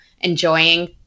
enjoying